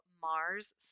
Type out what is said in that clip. Mars